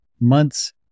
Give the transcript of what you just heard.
months